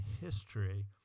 history